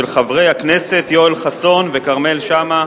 של חברי הכנסת יואל חסון וכרמל שאמה,